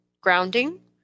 grounding